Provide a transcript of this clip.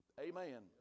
Amen